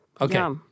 Okay